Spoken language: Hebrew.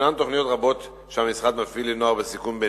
יש תוכניות רבות שהמשרד מפעיל לנוער בסיכון,